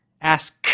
Ask